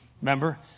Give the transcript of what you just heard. Remember